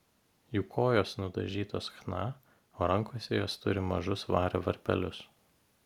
jų kojos nudažytos chna o rankose jos turi mažus vario varpelius